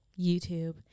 YouTube